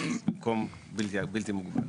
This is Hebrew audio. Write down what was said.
במקום בלתי מוגבל.